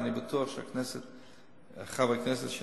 אני בטוח שחברי הכנסת,